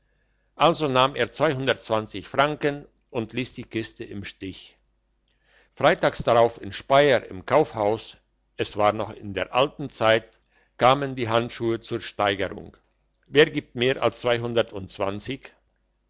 also nahm er franken und liess die kiste im stich freitags drauf in speier im kaufhaus es war noch in der alten zeit kamen die handschuhe zur steigerung wer gibt mehr als